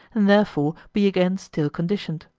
and therefore be again still conditioned.